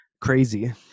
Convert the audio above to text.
Crazy